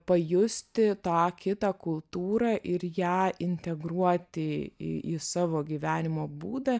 pajusti tą kitą kultūrą ir ją integruoti į į savo gyvenimo būdą